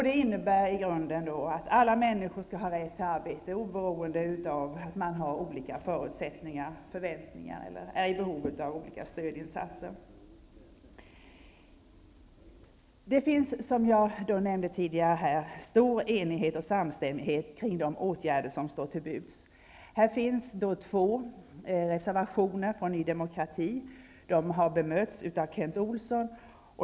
Det innebär i grunden att alla människor skall ha rätt till arbete, oberoende av att man har olika förutsättningar eller förväntningar eller är i behov av olika stödinsatser. Det råder som jag tidigare nämnde stor enighet och stor samstämmighet om de åtgärder som står till buds. Här finns två reservationer från Ny demokrati. De har bemötts av Kent Olsson.